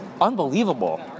unbelievable